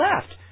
left